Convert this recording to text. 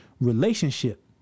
relationship